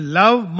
love